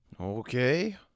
Okay